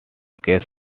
case